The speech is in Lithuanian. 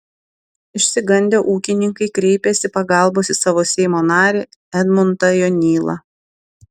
išsigandę ūkininkai kreipėsi pagalbos į savo seimo narį edmundą jonylą